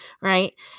right